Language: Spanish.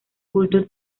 culto